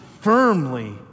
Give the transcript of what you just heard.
firmly